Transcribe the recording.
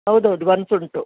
ಹೌದು ಹೌದು ಬನ್ಸ್ ಉಂಟು